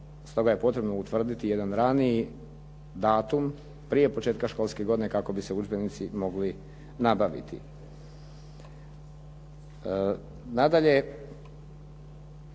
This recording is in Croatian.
stoga je potrebno utvrditi jedan raniji datum prije početka školske godine kako bi se udžbenici mogli nabaviti.